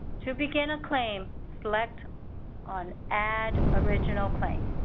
to begin a claim, select on add original claim.